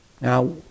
Now